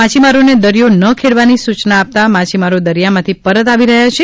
માછીમારોને દરિયો ન ખેડવાની સૂચના અપાતા માછીમારો દરિયામાંથી પરત આવી રહ્યા છે